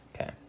Okay